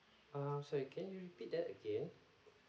err sorry can you repeat that again